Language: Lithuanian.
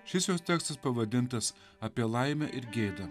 šis jos tekstas pavadintas apie laimę ir gėdą